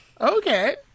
Okay